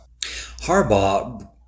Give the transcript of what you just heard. Harbaugh